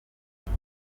bari